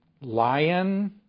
lion